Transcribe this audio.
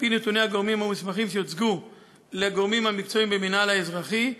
על-פי נתוני הגורמים המוסמכים שהוצגו לגורמים האזרחיים במינהל האזרחי,